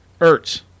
Ertz